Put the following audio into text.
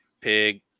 Pig